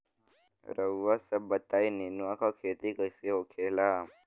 रउआ सभ बताई नेनुआ क खेती कईसे होखेला?